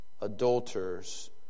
adulterers